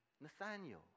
Nathaniel